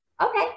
Okay